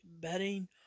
betting